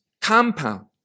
compound